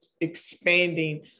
expanding